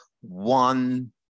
one